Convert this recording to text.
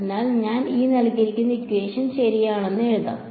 അതിനാൽ ഞാൻ ഇത് ശരിയാണെന്ന് എഴുതാം